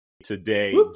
today